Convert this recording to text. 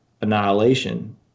annihilation